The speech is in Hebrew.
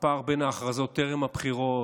הפער בין ההכרזות טרם הבחירות,